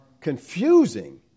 confusing